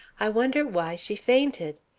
i wonder why she fainted.